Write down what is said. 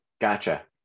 Gotcha